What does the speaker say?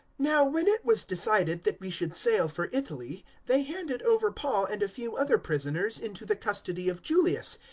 now when it was decided that we should sail for italy, they handed over paul and a few other prisoners into the custody of julius,